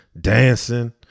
dancing